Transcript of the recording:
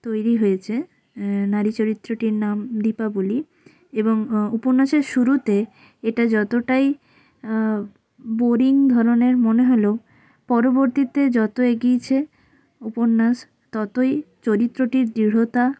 তৈরি হয়েছে নারী চরিত্রটির নাম দীপাবলি এবং উপন্যাসের শুরুতে এটা যতোটাই বোরিং ধরনের মনে হলেও পরবর্তীতে যতো এগিয়েছে উপন্যাস ততোই চরিত্রটির দৃঢ়তা